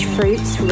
Fruits